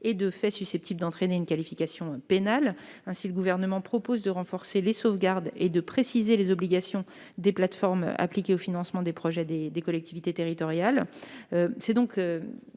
de faits susceptibles d'entraîner une qualification pénale. Aussi, le Gouvernement propose de renforcer les sauvegardes et de préciser les obligations des plateformes, appliquées au financement des projets des collectivités territoriales. Tel est,